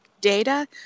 data